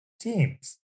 teams